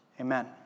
Amen